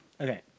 Okay